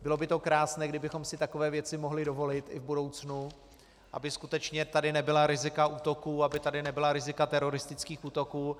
Bylo by to krásné, kdybychom si takové věci mohli dovolit i v budoucnu, aby skutečně tady nebyla rizika útoků, aby tady nebyla rizika teroristických útoků.